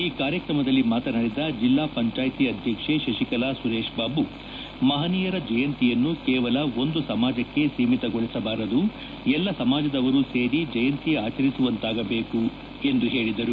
ಈ ಕಾರ್ಯತ್ರಮದಲ್ಲಿ ಮಾತನಾಡಿದ ಜಿಲ್ಲಾ ಪಂಚಾಯಿತಿ ಅಧ್ಯಕ್ಷೆ ಶತಿಕಲಾ ಸುರೇಶ್ ಬಾಬು ಮಹನೀಯರ ಜಯಂತಿಯನ್ನು ಕೇವಲ ಒಂದು ಸಮಾಜಕ್ಕೆ ಸೀಮಿತಗೊಳಿಸಬಾರದು ಎಲ್ಲ ಸಮಾಜದವರು ಸೇರಿ ಜಯಂತಿ ಆಚರಿಸುವಂತಾಗಬೇಕು ಎಂದು ಹೇಳಿದರು